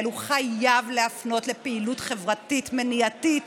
חייבים להפנות לפעילות חברתית מניעתית.